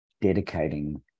dedicating